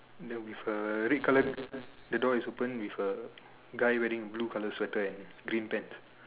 that with a red color the door is open with a guy wearing blue color sweater and green pants